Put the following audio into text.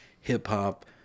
hip-hop